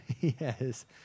yes